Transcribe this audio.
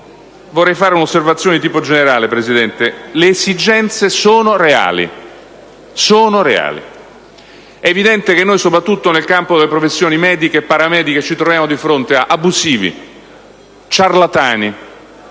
vorrei fare un'osservazione di tipo generale, signor Presidente. Le esigenze sono reali. È evidente che, soprattutto nel campo delle professioni mediche e paramediche, ci troviamo di fronte ad abusivi, ciarlatani.